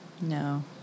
No